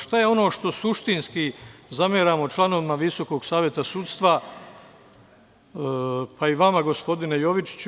Šta je ono što suštinski zameramo članovima Visokog saveta sudstva, pa i vama, gospodine Jovičiću?